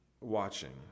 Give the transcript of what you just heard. watching